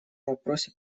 вопросе